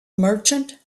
merchant